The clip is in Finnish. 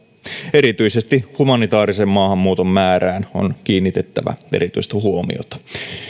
erityisesti humanitaarisen maahanmuuton määrään on kiinnitettävä erityistä huomiota